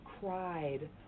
cried